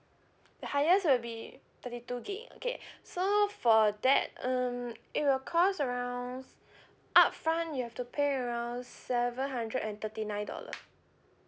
the highest will be thirty two gigabyte okay so for that um it will cost around upfront you have to pay around seven hundred and thirty nine dollar